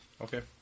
Okay